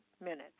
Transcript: minutes